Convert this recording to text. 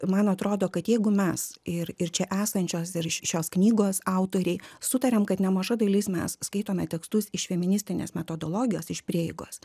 man atrodo kad jeigu mes ir ir čia esančios ir šios knygos autoriai sutariam kad nemaža dalis mes skaitome tekstus iš feministinės metodologijos iš prieigos